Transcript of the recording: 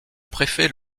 préfet